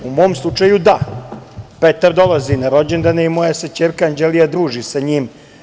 U mom slučaju da, Petar dolazi na rođendane i moja se ćerka Anđelija druži sa njim.